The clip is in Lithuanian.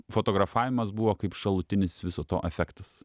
fotografavimas buvo kaip šalutinis viso to efektas